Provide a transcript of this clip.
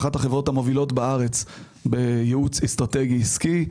אחת החברות המובילות בארץ בייעוץ אסטרטגי עסקי,